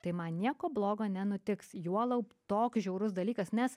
tai man nieko blogo nenutiks juolab toks žiaurus dalykas nes